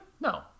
No